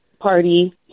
party